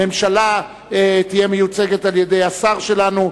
הממשלה תהיה מיוצגת על-ידי השר שלנו.